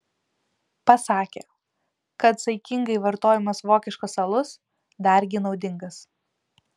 pasakė kad saikingai vartojamas vokiškas alus dargi naudingas